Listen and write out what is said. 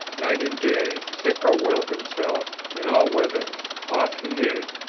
night and day, sick or well himself, in all weathers, off he is,